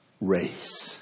race